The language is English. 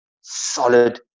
solid